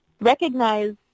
recognize